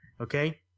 okay